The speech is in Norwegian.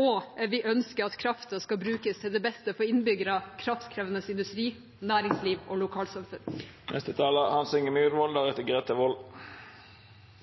og vi ønsker at kraften skal brukes til beste for innbyggere, kraftkrevende industri, næringsliv og